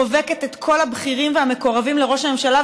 חובקת את כל הבכירים והמקורבים לראש הממשלה.